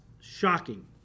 shocking